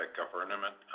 government